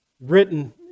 Written